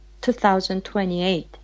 2028